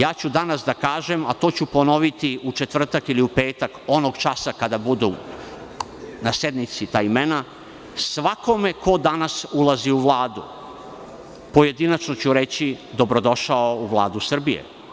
Danas ću reći, a to ću ponoviti u četvrtak ili u petak, onog časa kada budu na sednici ta imena, svakome ko danas ulazi u Vladu, pojedinačno ću reći – dobrodošao u Vladu Srbije.